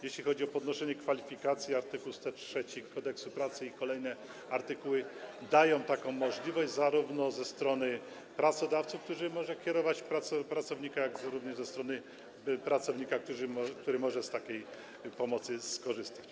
Jeśli chodzi o podnoszenie kwalifikacji, to art. 103 Kodeksu pracy i kolejne artykuły dają taką możliwość zarówno stronie pracodawcy, który może kierować pracownika, jak również stronie pracownika, który może z takiej pomocy skorzystać.